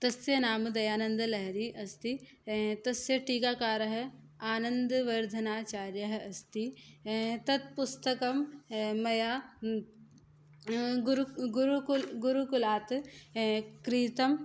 तस्य नाम दयानन्दलहरी अस्ति तस्य टीकाकारः आनन्दवर्धनाचार्यः अस्ति तत् पुस्तकं मया गुरुक् गुरुकुल् गुरुकुलात् क्रीतम्